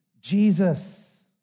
Jesus